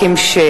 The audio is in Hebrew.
קרה?